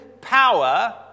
power